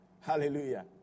Hallelujah